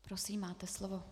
Prosím, máte slovo.